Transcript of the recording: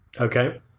Okay